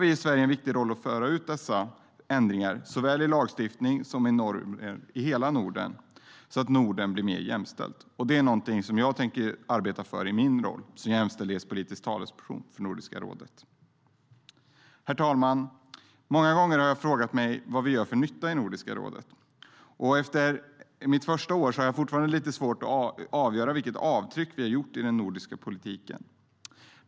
Vi i Sverige har en viktig roll i att föra ut dessa ändringar i hela Norden, såväl i lagstiftning som i normer, så att Norden blir mer jämställt. Det är någonting som jag tänker arbeta för i min roll som jämställdhetspolitisk talesperson för Nordiska rådet. Herr talman! Många gånger har jag frågat mig vad vi gör för nytta i Nordiska rådet. Efter mitt första år har jag fortfarande lite svårt att avgöra vilket avtryck vi gjort i den nordiska politiken.